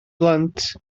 blant